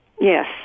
yes